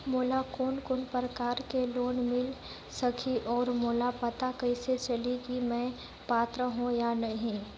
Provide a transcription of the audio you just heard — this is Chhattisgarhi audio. मोला कोन कोन प्रकार के लोन मिल सकही और मोला पता कइसे चलही की मैं पात्र हों या नहीं?